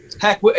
Heck